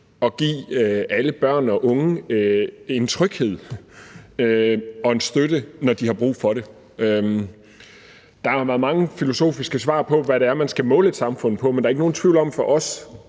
at give alle børn og unge tryghed og støtte, når de har brug for det. Der været mange filosofiske svar på, hvad det er, man skal måle et samfund på, men der er ikke nogen tvivl om,